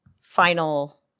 final